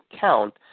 count